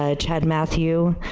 ah chat matthew,